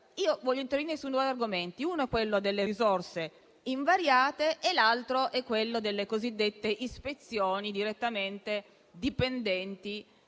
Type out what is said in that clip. Vorrei intervenire sui due argomenti: uno è quello delle risorse invariate e l'altro è quello delle cosiddette ispezioni direttamente dipendenti